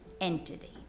entity